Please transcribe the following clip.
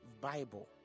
bible